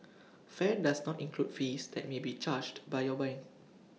fare does not include fees that may be charged by your bank